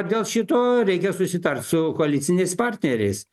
dėl šito reikia susitart su koaliciniais partneriais